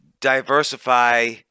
diversify